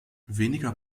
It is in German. weniger